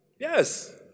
Yes